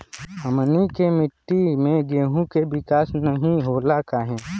हमनी के मिट्टी में गेहूँ के विकास नहीं होला काहे?